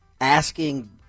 asking